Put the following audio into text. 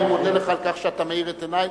אני מודה לך על כך שאתה מאיר את עיני.